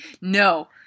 No